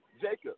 Jacob